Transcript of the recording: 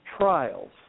trials